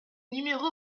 numéro